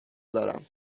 دارم